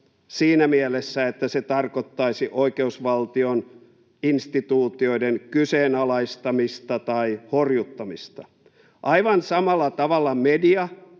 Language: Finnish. siinä mielessä, että se tarkoittaisi oikeusvaltion instituutioiden kyseenalaistamista tai horjuttamista. Aivan samalla tavalla media